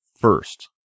first